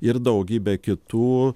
ir daugybė kitų